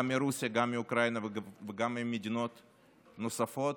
גם מרוסיה, גם מאוקראינה וגם ממדינות נוספות.